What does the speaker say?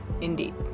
Indeed